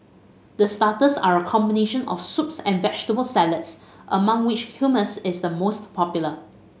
the starters are a combination of soups and vegetable salads among which Hummus is the most popular